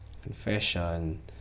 confession